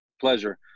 pleasure